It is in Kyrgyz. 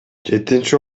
жетинчи